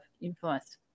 influence